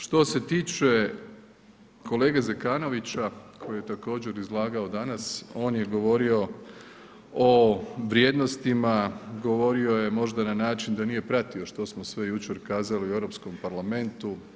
Što se tiče kolege Zekanovića koji je također izlagao danas, on je govorio o vrijednostima, govorio je možda na način da nije pratio što smo sve jučer kazali u Europskom parlamentu.